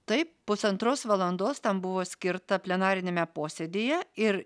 taip pusantros valandos tam buvo skirta plenariniame posėdyje ir